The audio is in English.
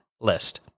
list